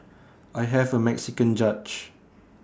I have A Mexican judge